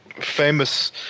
famous